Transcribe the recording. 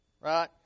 right